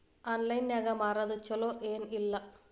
Online ನಾಗ್ ಮಾರೋದು ಛಲೋ ಏನ್ ಇಲ್ಲ?